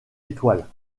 étoiles